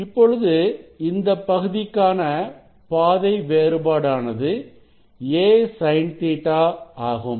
இப்பொழுது இந்தப் பகுதிக்கான பாதை வேறுபாடானது a sin Ɵ ஆகும்